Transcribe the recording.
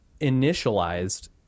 initialized